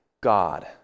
God